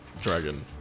Dragon